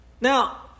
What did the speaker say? Now